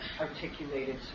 articulated